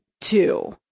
two